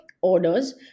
orders